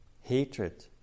Hatred